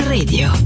Radio